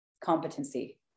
competency